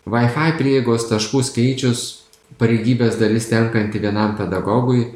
wifi prieigos taškų skaičius pareigybės dalis tenkanti vienam pedagogui